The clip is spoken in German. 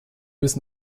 bis